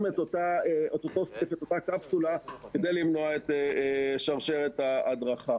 את אותה קפסולה כדי למנוע את שרשרת ההדבקה.